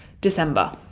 December